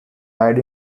died